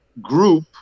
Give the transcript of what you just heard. group